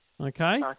Okay